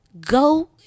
go